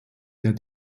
der